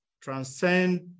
transcend